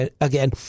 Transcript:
again